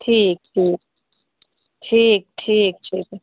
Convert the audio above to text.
ठीक छै ठीक ठीक छै तऽ